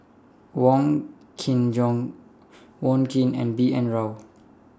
Wong Kin Jong Wong Keen and B N Rao